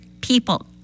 people